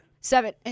Seven